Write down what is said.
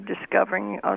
Discovering